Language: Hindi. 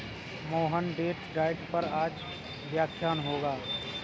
मोहन डेट डाइट पर आज व्याख्यान होगा